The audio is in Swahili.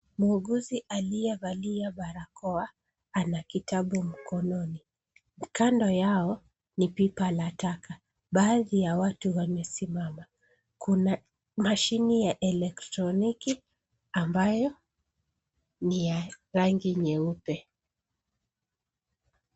Muuguzi aliye valia barakoa anakitabu mkononi. Kando yao ni pipa la taka. Baadhi ya watu wamesimama. Kuna mashine ya elektronoki ambayo ni ya rangi nyeupe.